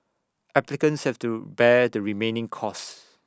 applicants have to bear the remaining costs